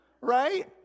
right